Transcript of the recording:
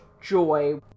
joy